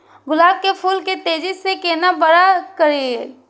गुलाब के फूल के तेजी से केना बड़ा करिए?